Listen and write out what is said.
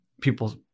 people